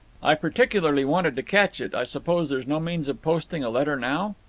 i particularly wanted to catch it. i suppose there is no means of posting a letter now?